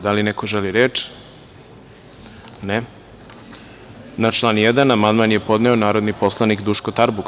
Da li neko želi reč? (Ne) Na član 1. amandman je podneo narodni poslanik Duško Tarbuk.